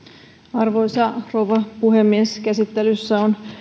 arvoisa rouva puhemies käsittelyssä on